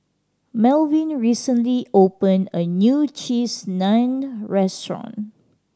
Melvyn recently opened a new Cheese Naan Restaurant